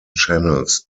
channels